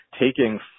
taking